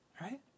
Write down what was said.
Right